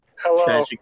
Hello